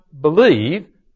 believe